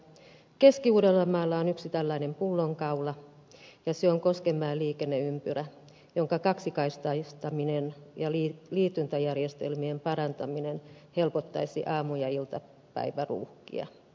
keski uudellamaalla on yksi tällainen pullonkaula ja se on koskenmäen liikenneympyrä jonka kaksikaistaistaminen ja liityntäjärjestelmien parantaminen helpottaisi aamu ja iltapäiväruuhkia